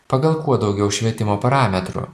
pagal kuo daugiau švietimo parametrų